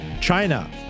China